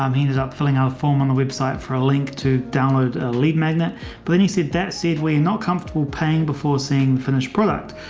um he ended up filling out a form on a website for a link to download a lead magnet. but then he said that said, we're not comfortable paying before seeing finished product.